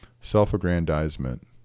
self-aggrandizement